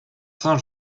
saint